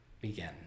begin